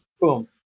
Boom